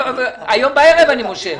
היום בערב אני מושך.